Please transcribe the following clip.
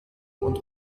und